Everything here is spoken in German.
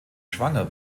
schwanger